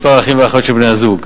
מספר אחים ואחיות של בני-הזוג,